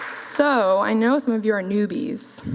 so, i know some of you are newbies,